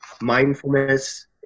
mindfulness